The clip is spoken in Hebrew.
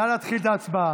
נא להתחיל את ההצבעה.